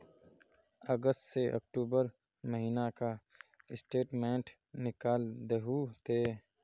अगस्त से अक्टूबर महीना का स्टेटमेंट निकाल दहु ते?